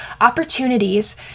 opportunities